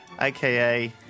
aka